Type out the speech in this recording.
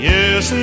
Yes